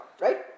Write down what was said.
Right